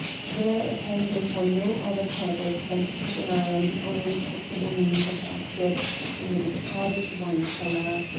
there apparently for no other purpose than to keep an eye on the only possible means of exit from the discarded wine-cellar.